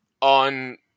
on